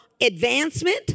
advancement